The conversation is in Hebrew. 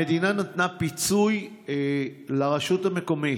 המדינה נתנה פיצוי לרשות המקומית.